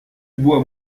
boit